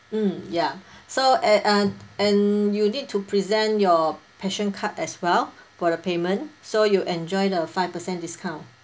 mm yeah so and uh and you need to present your passion card as well for the payment so you enjoy the five percent discount